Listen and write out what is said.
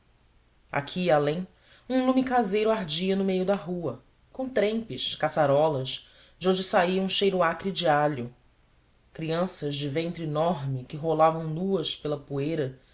e além um lume caseiro ardia no meio da rua com trempes caçarolas de onde saía um cheiro acre de alho crianças de ventre enorme que rolavam nuas pela poeira